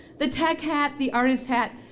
the tech hat, the artist hat.